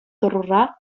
тӑрура